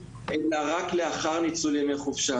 אלא רק לאחר ניצול ימי חופשה.